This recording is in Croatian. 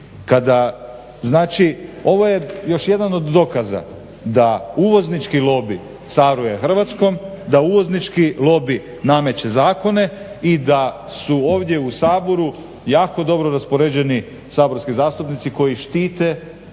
Kada znači ovo je još jedan od dokaza da uvoznički lobi caruje Hrvatskom, da uvoznički lobi nameće zakone i da su ovdje u Saboru jako dobro raspoređeni saborski zastupnici koji štite uvoznički